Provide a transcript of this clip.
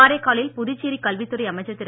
காரைக்காலில் புதுச்சேரி கல்வித்துறை அமைச்சர் திரு